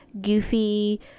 goofy